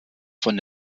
von